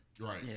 Right